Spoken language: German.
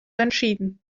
entschieden